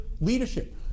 leadership